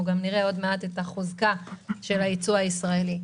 אנחנו נראה עוד מעט את החוזקה של הייצוא הישראלי.